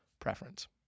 preference